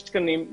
יש תקנים,